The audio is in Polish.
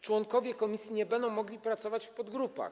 Członkowie komisji nie będą mogli pracować w podgrupach.